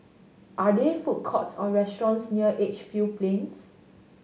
are there food courts or restaurants near Edgefield Plains